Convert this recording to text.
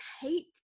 hate